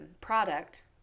product